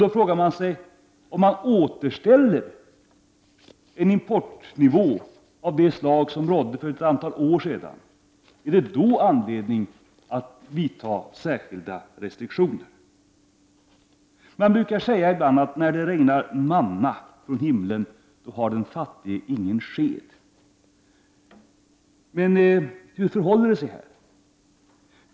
Jag frågar mig om det är anledning att vidta särskilda restriktioner bara därför att importen återgår till den nivå som den hade för ett antal år sedan. Man brukar säga att när det regnar manna från himlen har den fattige ingen sked. Hur förhåller det sig i detta fall?